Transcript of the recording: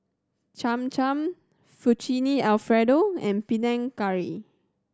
Cham Cham Fettuccine Alfredo and Panang Curry